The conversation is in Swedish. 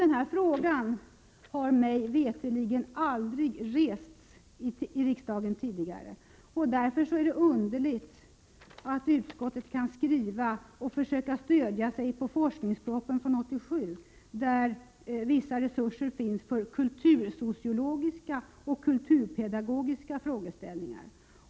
Denna fråga har mig veterligen aldrig rests i riksdagen tidigare. Därför är det underligt att utskottet försöker stödja sig på forskningspropositionen från 1987, där vissa resurser finns för kultursociologiska och kulturpedagogiska frågeställningar.